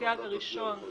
הסייג הראשון הוא